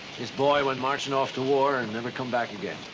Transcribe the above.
his boy went marching off to war and never come back again.